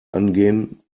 angehen